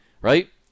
right